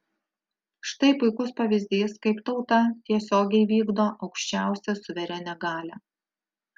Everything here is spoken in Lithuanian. štai puikus pavyzdys kaip tauta tiesiogiai vykdo aukščiausią suverenią galią